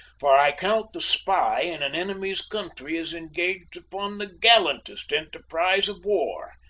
for i count the spy in an enemy's country is engaged upon the gallantest enterprise of war,